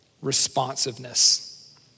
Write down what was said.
responsiveness